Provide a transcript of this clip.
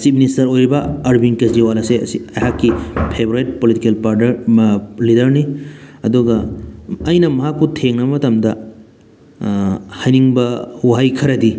chief minister ꯑꯣꯏꯔꯤꯕ ꯑꯥꯔꯕꯤꯟ ꯀ꯭ꯔꯦꯖꯤꯋꯥꯜ ꯑꯁꯦ ꯑꯁꯤ ꯑꯩꯍꯥꯛꯀꯤ ꯐꯦꯕꯣꯔꯥꯏꯠ ꯄꯣꯂꯤꯇꯤꯀꯦꯜ ꯂꯤꯗꯔꯅꯤ ꯑꯗꯨꯒ ꯑꯩꯅ ꯃꯍꯥꯛꯄꯨ ꯊꯦꯡꯅꯕ ꯃꯇꯝꯗ ꯍꯥꯏꯅꯤꯡꯕ ꯋꯥꯍꯩ ꯈꯔꯗꯤ